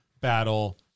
battle